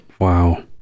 Wow